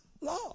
law